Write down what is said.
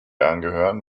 angehören